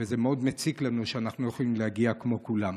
וזה מאוד מציק לנו שאנחנו לא יכולים להגיע כמו כולם.